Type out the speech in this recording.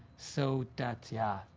so that, yeah.